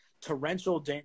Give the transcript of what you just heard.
torrential